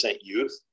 youth